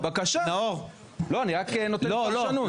אני רק נותן פרשנות.